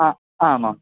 आ आमाम्